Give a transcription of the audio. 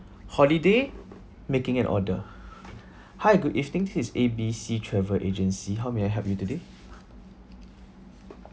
holiday making an order hi good evening this is A B C travel agency how may I help you today